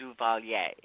Duvalier